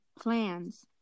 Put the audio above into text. plans